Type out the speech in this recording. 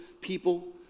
people